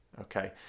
Okay